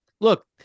look